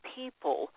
people